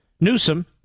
Newsom